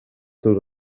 teus